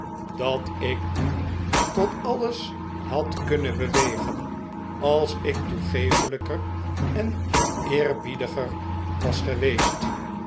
dat ik u tot alles had kunnen bewegen als ik toegeeflijker en eerbiediger was geweest